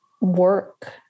work